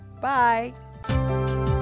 Bye